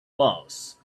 mars